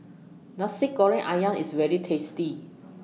Nasi Goreng Ayam IS very tasty